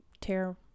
tear